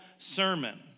Sermon